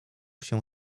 się